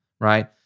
right